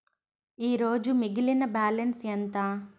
ఈరోజు మిగిలిన బ్యాలెన్స్ ఎంత?